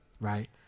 Right